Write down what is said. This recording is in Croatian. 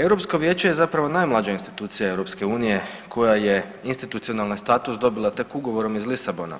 Europsko vijeće je zapravo najmlađa institucija EU koja je institucionalni status dobila tek ugovorom iz Lisabona,